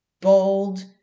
bold